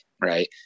right